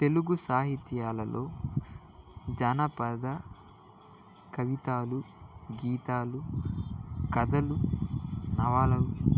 తెలుగు సాహిత్యాలలో జానపద కవితలు గీతాలు కథలు నవలలు